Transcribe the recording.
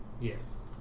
yes